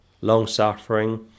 Long-suffering